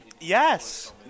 Yes